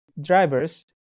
drivers